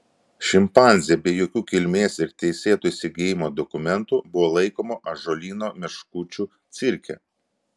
šimpanzė be jokių kilmės ir teisėto įsigijimo dokumentų buvo laikoma ąžuolyno meškučių cirke